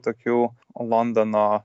tokių londono